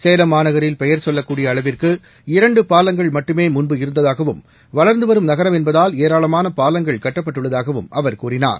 சேலம் மாநகரில் பெயர் சொல்லக்கூடிய அளவிற்கு இரண்டு பாலங்கள் மட்டுமே முன்பு இருந்ததாகவும் வளா்ந்துவரும் நகரம் என்பதால் ஏராளமான பாலங்கள் கட்டப்பட்டுள்ளதாகவும் அவர் கூறினார்